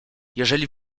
jeżeli